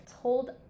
told